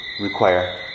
require